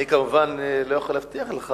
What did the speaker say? אני כמובן לא יכול להבטיח לך,